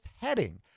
heading